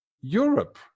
Europe